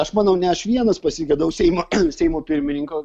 aš manau ne aš vienas pasigedau seimo seimo pirmininko